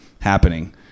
happening